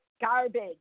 garbage